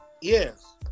Yes